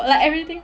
like everything